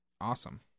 awesome